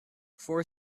four